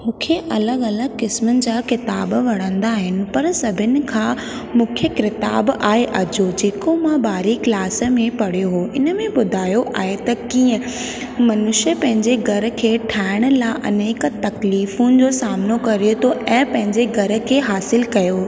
मूंखे अलॻि अलॻि क़िस्मनि जा किताब वणंदा आहिनि पर सभिनि खां मुख्य किताब आहे अॼो जेको मां ॿारहें क्लास में पढ़ियो हो इन में ॿुधायो आहे त कीअं मनुष्य पंहिंजे घर खे ठाहिण लाइ अनेक तकलीफ़ुनि जो सामनो करे थो ऐं पंहिंजे घर खे हासिलु कयो